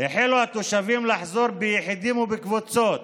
החלו התושבים לחזור ביחידים ובקבוצות.